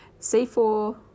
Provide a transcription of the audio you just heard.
c4